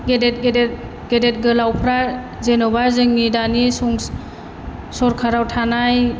गेदेद गेदेद गेदेद गोलावफ्रा जेन'बा जोंनि दानि सरखाराव थानाय